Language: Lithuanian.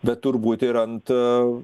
bet turbūt ir ant a